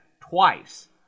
twice